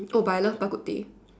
oh but I love bak-kut-teh